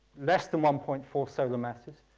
less than one point four solar masses,